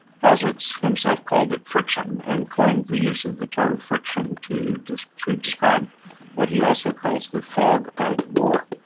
clausewitz himself called it friction and coined the use of the term friction to just to describe what he also calls the fog of war.